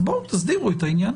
תסבירו את העניין.